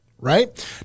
right